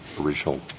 original